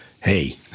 Hey